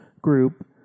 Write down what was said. group